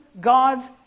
gods